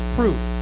proof